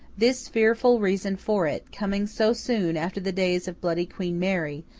this fearful reason for it, coming so soon after the days of bloody queen mary,